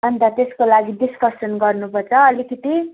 अन्त त्यसको लागि डिसकसन गर्नु पर्छ अलिकति